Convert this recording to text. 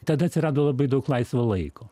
tada atsirado labai daug laisvo laiko